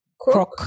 Croc